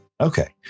Okay